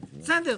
בסדר,